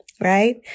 Right